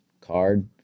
card